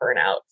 burnout